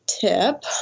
tip